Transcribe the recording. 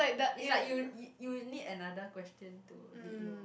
is like you y~ you need another question to lead you